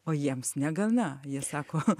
o jiems negana jie sako